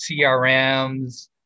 CRMs